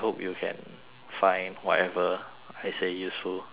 find whatever I say useful I hope